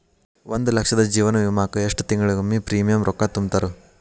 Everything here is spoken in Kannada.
ಒಂದ್ ಲಕ್ಷದ ಜೇವನ ವಿಮಾಕ್ಕ ಎಷ್ಟ ತಿಂಗಳಿಗೊಮ್ಮೆ ಪ್ರೇಮಿಯಂ ರೊಕ್ಕಾ ತುಂತುರು?